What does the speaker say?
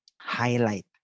highlight